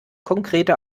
konkrete